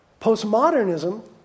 Postmodernism